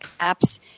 apps